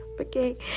Okay